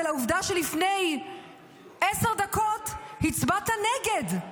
והעובדה היא שלפני 10 דקות הצבעת נגד?